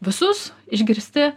visus išgirsti